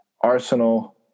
Arsenal